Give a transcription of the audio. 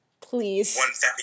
Please